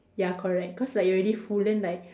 ya correct cause like you're already full then like